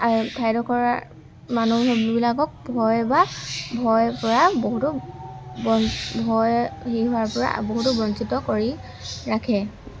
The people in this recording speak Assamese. ঠাইডোখৰৰ মানুহবিলাকক ভয় বা ভয় কৰা বহুতো ভয় হেৰি হোৱাৰপৰা বহুতো বঞ্চিত কৰি ৰাখে